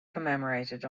commemorated